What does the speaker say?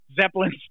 Zeppelin